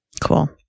Cool